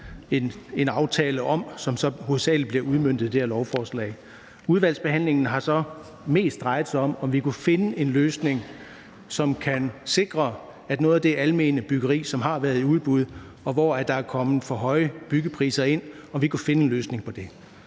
en aftale om, som hovedsagelig bliver udmøntet med det her lovforslag. Udvalgsbehandlingen har så mest drejet sig om, om vi kunne finde en løsning i forhold til noget af det almene byggeri, som har været i udbud, og hvor der er kommet for høje byggepriser. Det er noget,